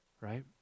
Right